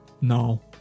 No